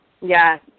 Yes